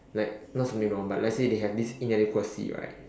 like not something wrong but let's say they have this inadequacy right